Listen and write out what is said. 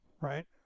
right